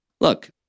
Look